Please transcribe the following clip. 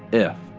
if,